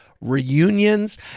reunions